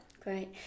Great